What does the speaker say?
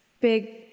big